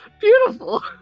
beautiful